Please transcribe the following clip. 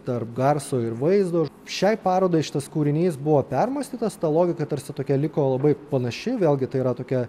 tarp garso ir vaizdo šiai parodai šitas kūrinys buvo permąstytas ta logika tarsi tokia liko labai panaši vėlgi tai yra tokia